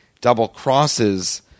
double-crosses